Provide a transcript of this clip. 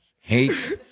Hate